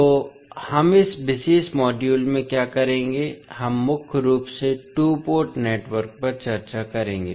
तो हम इस विशेष मॉड्यूल में क्या करेंगे हम मुख्य रूप से टू पोर्ट नेटवर्क पर चर्चा करेंगे